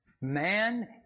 Man